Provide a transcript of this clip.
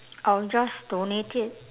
I'll just donate it